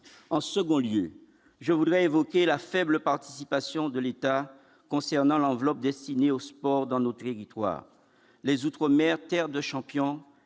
en second lieu, je voudrais évoquer la faible participation de l'État concernant l'enveloppe destinée au sport, d'un autre histoire les Outre-mer, terre de champion